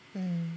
um